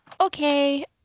Okay